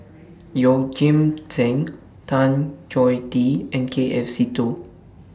Yeoh Ghim Seng Tan Choh Tee and K F Seetoh